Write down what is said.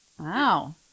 Wow